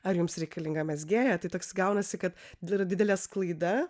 ar jums reikalinga mezgėja tai toks gaunasi kad tai yra didelė sklaida